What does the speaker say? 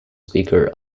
speaker